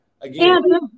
Again